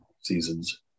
seasons